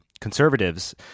conservatives